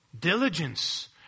Diligence